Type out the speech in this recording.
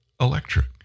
Electric